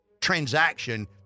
transaction